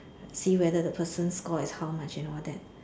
see whether the person score is how much and all that